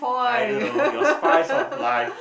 I don't know your spice of life